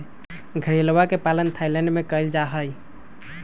घड़ियलवा के पालन थाईलैंड में कइल जाहई